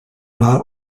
war